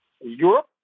Europe